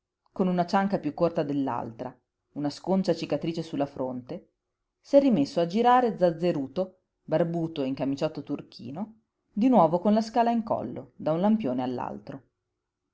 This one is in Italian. con una cianca piú corta dell'altra una sconcia cicatrice su la fronte s'è rimesso a girare zazzeruto barbuto e in camiciotto turchino di nuovo con la scala in collo da un lampione